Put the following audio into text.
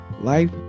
Life